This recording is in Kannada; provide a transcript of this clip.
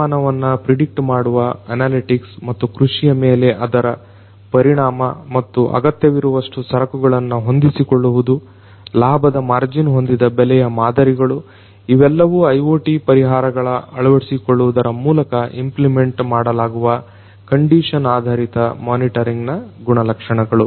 ಹವಾಮಾನವನ್ನ ಪ್ರಿಡಿಕ್ಟ್ ಮಾಡುವ ಅನಾಲಟಿಕ್ಸ್ ಮತ್ತು ಕೃಷಿಯ ಮೇಲೆ ಅದರ ಪರಿಣಾಮ ಮತ್ತು ಅಗತ್ಯವಿರುವಷ್ಟು ಸರಕನ್ನು ಹೊಂದಿಸಿಕೊಳ್ಳುವುದು ಲಾಭದ ಮಾರ್ಜಿನ್ ಹೊಂದಿದ ಬೆಲೆಯ ಮಾದರಿಗಳು ಇವೆಲ್ಲವೂ IoTಯ ಪರಿಹಾರಗಳ ಅಳವಡಿಸಿಕೊಳ್ಳುವುದರ ಮೂಲಕ ಇಂಪ್ಲಿಮೆಂಟ್ ಮಾಡಲಾಗುವ ಕಂಡಿಷನ್ ಆಧಾರಿತ ಮೊನಿಟರಿಂಗ್ ನ ಗುಣಲಕ್ಷಣಗಳು